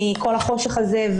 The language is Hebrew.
מכל החושך הזה.